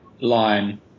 Line